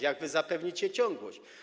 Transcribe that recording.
Jak wy zapewnicie ciągłość?